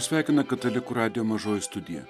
sveikina katalikų radijo mažoji studija